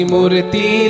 Murti